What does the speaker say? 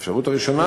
מה האפשרות הראשונה?